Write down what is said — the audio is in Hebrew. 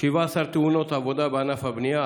17 תאונות עבודה בענף הבנייה,